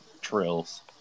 trills